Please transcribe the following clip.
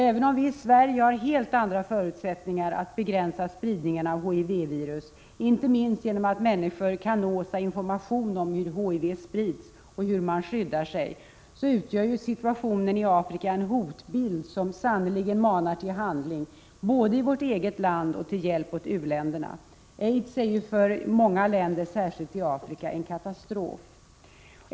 Även om vi i Sverige har helt andra förutsättningar att begränsa spridningen av HIV-virus, inte minst genom att människor kan nås av information om hur HIV sprids och hur man skyddar sig, utgör situationen i Afrika en hotbild, som sannerligen manar till handling både i form av insatser i vårt eget land och i form av hjälp åt u-länderna. Aids innebär ju för många länder, och särskilt för länderna i Afrika, en katastrof.